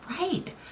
Right